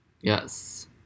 Yes